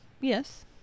Yes